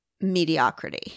mediocrity